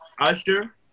Usher